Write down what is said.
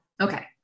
Okay